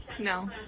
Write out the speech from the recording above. No